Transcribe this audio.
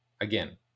Again